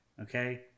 okay